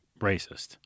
racist